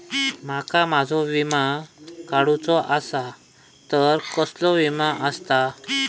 माका माझो विमा काडुचो असा तर कसलो विमा आस्ता?